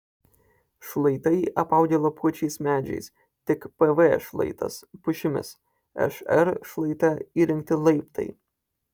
šlaitai apaugę lapuočiais medžiais tik pv šlaitas pušimis šr šlaite įrengti laiptai